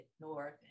north